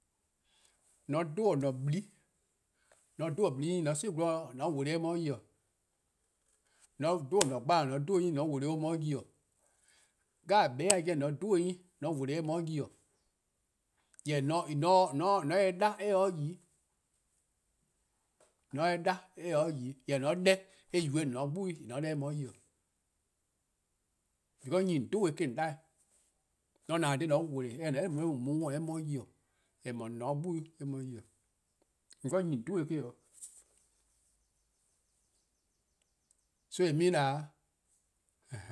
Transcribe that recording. :Mor :on 'dhu-dih :an-a'a: 'blii:, :mor 'dhu-dih :an-a'a: :blii: 'nyne, :mor 'si :gwlor 'dih :mor :on wele-eh eh mu 'de :yi. :mor :on 'dhu-dih :an gbalor, :mor :on 'dhu-dih or 'nyne :mor :or wele-or or mu 'de :yi. :bee 'jeh :ne :daa :mor :on 'dhu-dih-eh 'nyni :mor :on wele-eh eh mu 'de :yi. :mor :on se-eh 'da :eh :se 'de yi-', :mor :on se-eh 'da eh :se 'de yi 'i, jorwor: :mor :on 'da-eh, :yee' eh yubo-eh :on :ne 'de 'gbu weh :yee' :mor :on 'da-eh eh mu 'de yi. because 'nyne :on 'dhu 'dih-eh me-: :on 'da-dih-eh, :mor :on ne dha :dha :daa :mor eh :ne 'de nao' :mor :on wele-eh eh mu :on worn-' eh mu 'de :yi, :eh :moe :on :ne 'de 'gbu 'weh eh mu 'de :yi. Because 'nyne :on 'dhu-dih-eh me 'o. so it means that,.